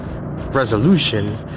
resolution